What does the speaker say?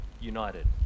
united